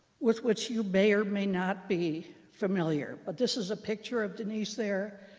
with which you may or may not be familiar. but this is a picture of denise there.